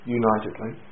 unitedly